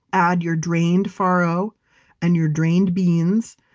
add your drained faro and your drained beans.